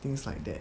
things like that